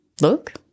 look